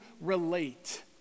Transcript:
relate